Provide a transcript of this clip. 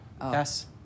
Yes